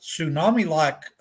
tsunami-like